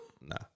Nah